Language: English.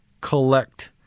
collect